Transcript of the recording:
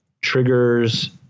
Triggers